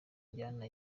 injyana